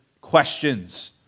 questions